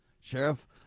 Sheriff